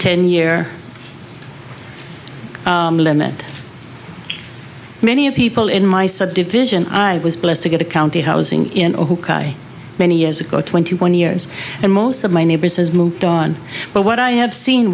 ten year limit many of people in my subdivision i was blessed to get a county housing many years ago twenty one years and most of my neighbors has moved on but what i have seen